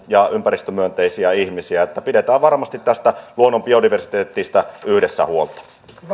ja ympäristömyönteisiä ihmisiä niin että pidämme varmasti tästä luonnon biodiversiteetistä yhdessä huolta